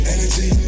Energy